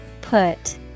Put